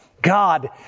God